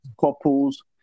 couples